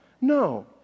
No